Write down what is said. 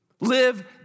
Live